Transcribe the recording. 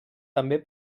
també